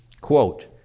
quote